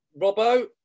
Robbo